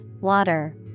water